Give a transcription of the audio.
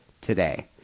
today